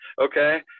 okay